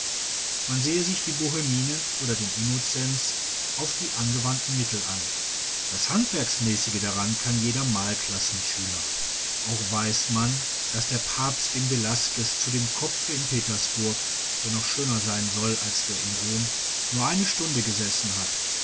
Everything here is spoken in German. man sehe sich die bohmienne oder den innocenz auf die angewandten mittel an das handwerksmäßige daran kann jeder malklassenschüler auch weiß man daß der papst dem velasquez zu dem kopfe in petersburg der noch schöner sein soll als der in rom nur eine stunde gesessen hat